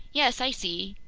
yes, i see,